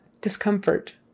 Discomfort